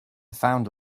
found